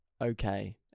okay